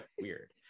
weird